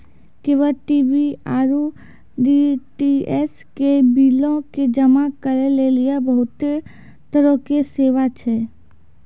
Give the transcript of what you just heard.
cable TV आरु DTH के बिलो के जमा करै लेली बहुते तरहो के सेवा छै